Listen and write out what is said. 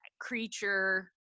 creature